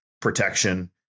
protection